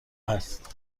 است